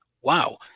Wow